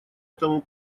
этому